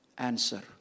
Answer